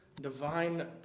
divine